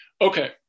Okay